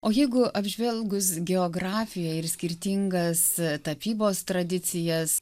o jeigu apžvelgus geografiją ir skirtingas tapybos tradicijas